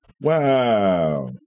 Wow